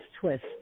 twist